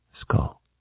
skull